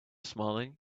smiling